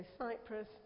Cyprus